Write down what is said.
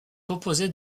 composé